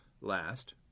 Last